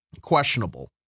questionable